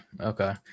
okay